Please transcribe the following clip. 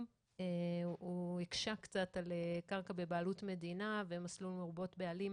הוא היקשה קצת על קרקע בבעלות מדינה ומסלול מרובות בעלים